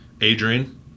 Adrian